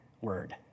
word